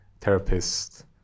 therapist